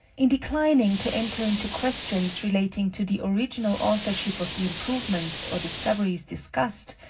in declining to enter into questions relating to the original authorship of the improvements or discoveries discussed,